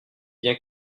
bien